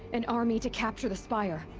an army to capture the spire!